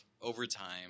overtime